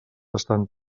estan